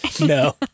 No